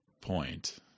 point